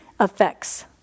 effects